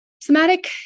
Somatic